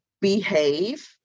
behave